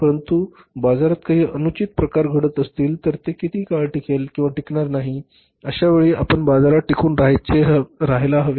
परंतु बाजारात काही अनुचित प्रकार घडत असतील तर ते किती काळ टिकेल किंवा टिकणार नाही अश्यावेळी आपण बाजारात टिकून राहायला हवे